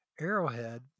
Arrowhead